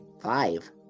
Five